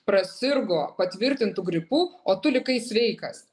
prasirgo patvirtintu gripu o tu likai sveikas